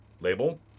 label